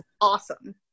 awesome